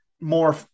more